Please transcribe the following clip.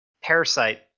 parasite